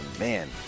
Man